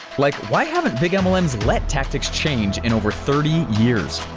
like why haven't big mlms let tactics change in over thirty years,